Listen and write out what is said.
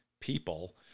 people